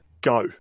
go